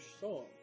song